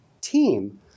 team